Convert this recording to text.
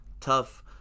tough